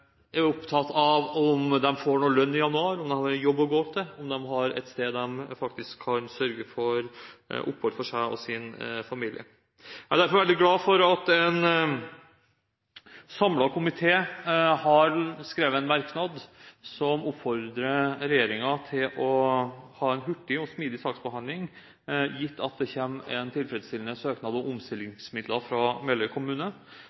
er opptatt av om de får noe lønn i januar, om de har en jobb å gå til, om de har et sted der de faktisk kan sørge for seg og sin familie. Jeg er derfor veldig glad for at en samlet komité har skrevet en merknad som oppfordrer regjeringen til å ha en hurtig og smidig saksbehandling, gitt at det kommer en tilfredsstillende søknad om omstillingsmidler fra Meløy kommune,